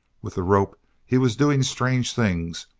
with the rope he was doing strange things,